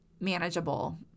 manageable